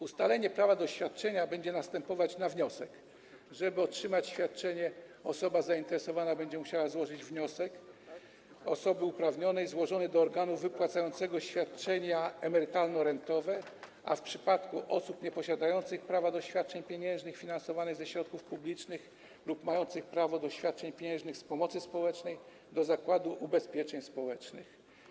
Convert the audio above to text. Ustalenie prawa do świadczenia będzie następować na wniosek - żeby otrzymać świadczenie, osoba zainteresowana będzie musiała złożyć wniosek - osoby uprawnionej złożony do organu wypłacającego świadczenia emerytalno-rentowe, a w przypadku osób nieposiadających prawa do świadczeń pieniężnych finansowanych ze środków publicznych lub mających prawo do świadczeń pieniężnych z pomocy społecznej - do Zakładu Ubezpieczeń Społecznych.